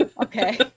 Okay